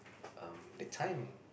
um the time